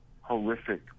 horrific